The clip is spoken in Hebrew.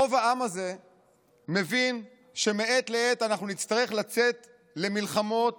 רוב העם הזה מבין שמעת לעת אנחנו נצטרך לצאת למלחמות